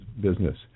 business